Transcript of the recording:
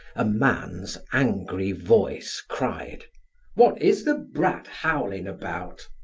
a man's angry voice cried what is the brat howling about?